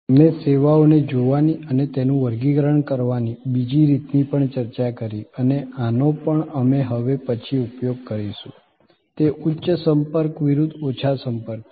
અમે સેવાઓને જોવાની અને તેનું વર્ગીકરણ કરવાની બીજી રીતની પણ ચર્ચા કરી અને આનો પણ અમે હવે પછી ઉપયોગ કરીશું તે ઉચ્ચ સંપર્ક વિરુદ્ધ ઓછા સંપર્ક છે